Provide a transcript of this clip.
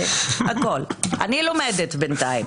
אני לומדת בינתיים.